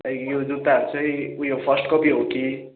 सायद यो जुत्ताहरू चाहिँ उयो फर्स्ट कपी हो कि